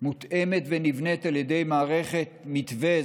מותאמת ונבנית על ידי מערכת מתו"ה,